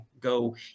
go